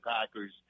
Packers